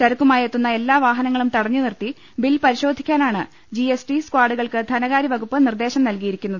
ചരക്കുമായെത്തുന്ന എല്ലാ വാഹന ങ്ങളും തടഞ്ഞു നിർത്തി ബിൽ പരിശോധിക്കാനാണ് ജി എസ് ടി സ്കാഡുകൾക്ക് ധനകാര്യ വകുപ്പ് നിർദ്ദേശം നൽക്കിയിരിക്കുന്നത്